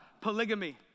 polygamy